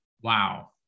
Wow